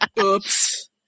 Oops